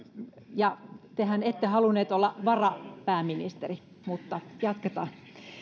ja tehän ette halunnut olla varapääministeri mutta jatketaan